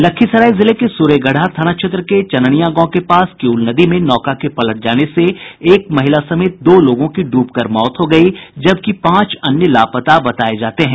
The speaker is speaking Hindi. लखीसराय जिले के सूर्यगढ़ा थाना क्षेत्र के चननिया गांव के पास किउल नदी में नौका के पलट जाने से एक महिला समेत दो लोगों की डूबकर मौत हो गयी जबकि पांच अन्य लापता बताये जाते हैं